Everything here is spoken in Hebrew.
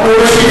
הוא משיב.